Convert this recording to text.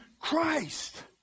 Christ